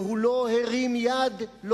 והוא לא הרים יד,